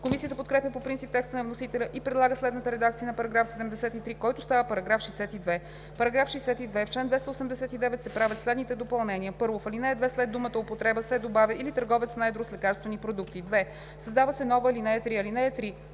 Комисията подкрепя по принцип текста на вносителя и предлага следната редакция на § 73, който става § 62: „§ 62. В чл. 289 се правят следните допълнения: 1. В ал. 2 след думата „употреба“ се добавя „или търговец на едро с лекарствени продукти“. 2. Създава се нова ал. 3: „(3)